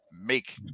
make